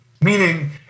meaning